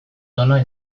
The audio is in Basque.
tona